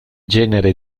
genere